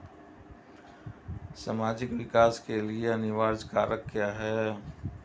सामाजिक विकास के लिए अनिवार्य कारक क्या है?